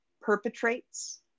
perpetrates